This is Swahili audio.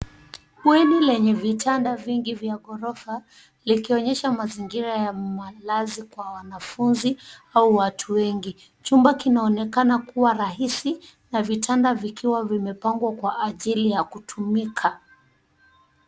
Bweni lenye vitanda vingi vya ghorofa likionyesha mazingira ya malazi kwa wanafunzi au watu wengi. Chumba kinaonekana kuwa rahisi na vitanda vikiwa vimepangwa kwa ajili ya kutumika.